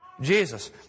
Jesus